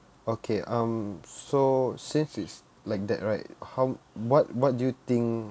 okay um so since it's like that right how what what do you think